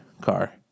car